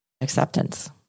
acceptance